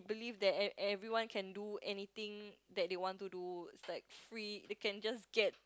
believe that e~ everyone can do anything that they want to do is like free they can just get